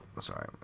Sorry